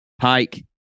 pike